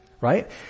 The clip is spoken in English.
right